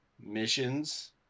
missions